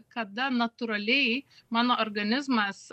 kada natūraliai mano organizmas